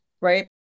right